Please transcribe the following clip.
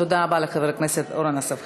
תודה רבה לחבר הכנסת אורן אסף חזן.